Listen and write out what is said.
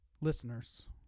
Listeners